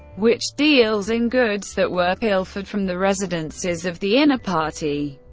which deals in goods that were pilfered from the residences of the inner party.